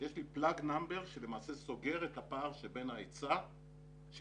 יש לי Plug number שלמעשה סוגר את הפער שבין ההיצע של